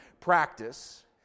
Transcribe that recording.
practice